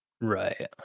Right